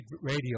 radio